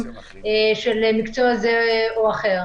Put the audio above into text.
של מקצוע זה או אחר.